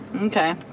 Okay